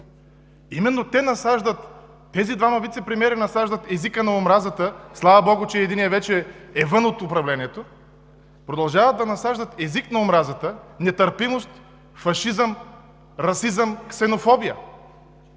Именно тези двама вицепремиери насаждат езика на омразата – слава богу, че единият вече е вън от управлението, и продължават да насаждат език на омразата, нетърпимост, фашизъм, расизъм, ксенофобия.